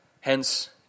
Hence